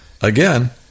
again